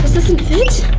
but doesn't fit?